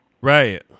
Right